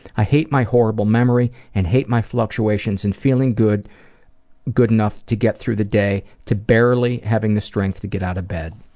i hate my horrible memory and hate my fluctuations in feeling good good enough to get through the day to barely having enough strength to get out of bed.